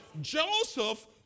Joseph